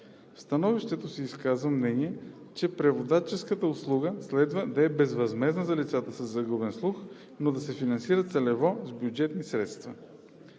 В становището се изказва мнение, че преводаческата услуга следва да е безвъзмездна за лицата със загубен слух, но да се финансира целево с бюджетни средства.